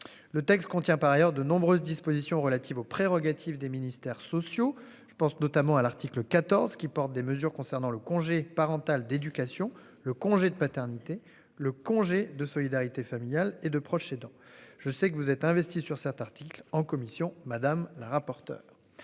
Le texte contient par ailleurs de nombreuses dispositions relatives aux prérogatives des ministères sociaux. Je pense notamment à l'article 14 qui portent des mesures concernant le congé parental d'éducation. Le congé de paternité. Le congé de solidarité familiale et de proche aidant. Je sais que vous êtes investi sur cet article en commission Madame la rapporteure.